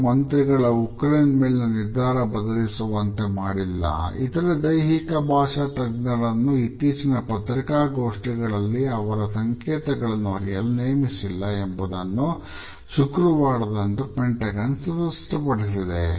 USA ನ ಸ್ಪಷ್ಟಪಡಿಸಿದೆ